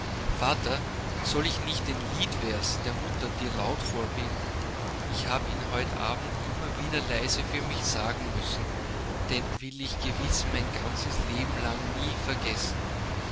vater soll ich nicht den liedervers der mutter dir laut vorbeten ich hab ihn heut abend immer wieder leise für mich sagen müssen den will ich gewiß mein ganzes leben lang nie vergessen